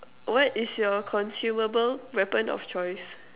what is your consumable weapon of choice